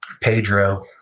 Pedro